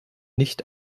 nicht